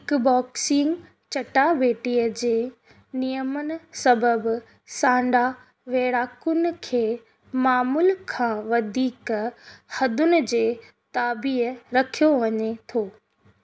kick boxing चटाभेटी जे नियमुनि सबबु सांडा वेढ़ाकुनि खे मामूल खां वधीक हदुनि जे ताबिअ रखियो वञे थो